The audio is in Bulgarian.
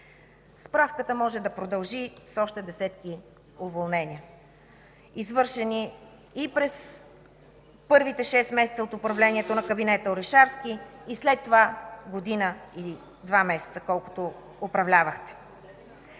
Справката може да продължи още с десетки уволнения, извършени и през първите шест месеца от управлението на кабинета Орешарски, и след това – година и два месеца, колкото управлявахте.